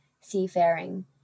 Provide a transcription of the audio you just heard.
seafaring